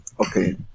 Okay